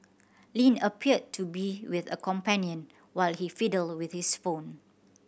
Lin appeared to be with a companion while he fiddled with his phone